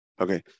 Okay